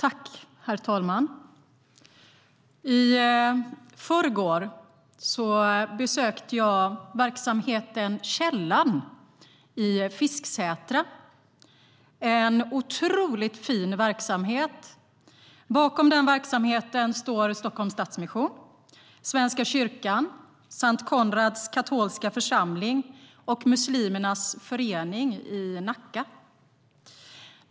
Herr talman! I förrgår besökte jag Källan i Fisksätra, en otroligt fin verksamhet. Bakom verksamheten står Stockholms Stadsmission, Svenska kyrkan, S:t Konrads katolska församling och Muslimernas förening i Nacka.